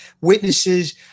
witnesses